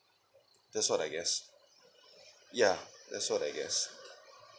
that's what I guess ya that's what I guess